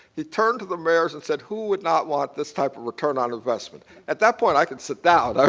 he turned to the mayors and said who would not want this type of return on investment? at that point, i can sit down.